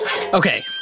Okay